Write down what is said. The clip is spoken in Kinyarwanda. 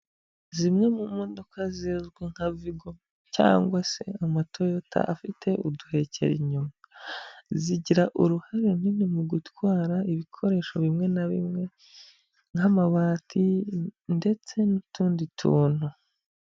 Zimwe mu modoka zizwi nka vigo cyangwa se amatoyota afite uduhekero inyuma, zigira uruhare runini mu gutwara ibikoresho bimwe na bimwe nk'amabati ndetse n'utundi tuntu.